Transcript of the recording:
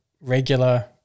regular